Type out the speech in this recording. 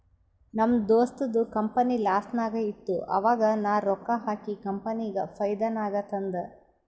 ನಮ್ ದೋಸ್ತದು ಕಂಪನಿ ಲಾಸ್ನಾಗ್ ಇತ್ತು ಆವಾಗ ನಾ ರೊಕ್ಕಾ ಹಾಕಿ ಕಂಪನಿಗ ಫೈದಾ ನಾಗ್ ತಂದ್